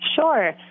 Sure